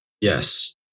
Yes